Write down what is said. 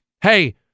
hey